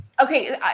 Okay